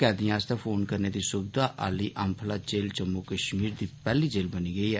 कैदिए आस्तै फोन करने दी सुविधा आली अम्बफला जेल जम्मू कश्मीर दी पेहली जेल बनी गेई ऐ